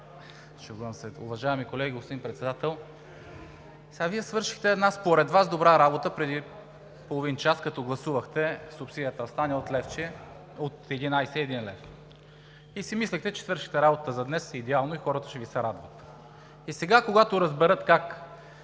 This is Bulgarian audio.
Сега, когато разберат как